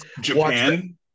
Japan